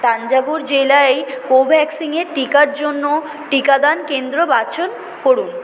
তাঞ্জাভুর জেলায় কোভ্যাক্সিনের টিকার জন্য টিকাদান কেন্দ্র বাছন করুন